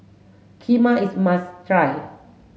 Kheema is must try